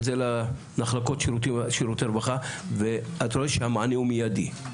זה למחלקות שירותי רווחה ואתה רואה שהמענה הוא מידי,